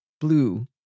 blue